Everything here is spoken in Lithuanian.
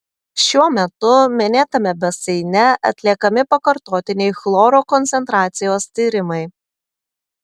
šiuo metu minėtame baseine atliekami pakartotiniai chloro koncentracijos tyrimai